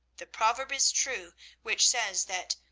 the proverb is true which says that,